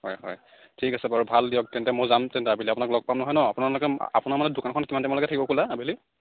হয় হয় ঠিক আছে বাৰু ভাল দিয়ক তেন্তে মই যাম তেন্তে আবেলি আপোনাক লগ পাম নহয় ন আপোনালোকৰ আপোনাৰ মানে দোকানখন কিমান টাইমলৈকে থাকিব খোলা আবেলি